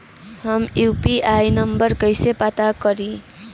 हम UPI number कइसे पता करी?